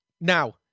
now